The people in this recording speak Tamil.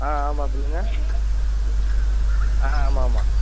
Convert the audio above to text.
ஆ ஆமாம் சொல்லுங்க ஆ ஆமாம் ஆமாம்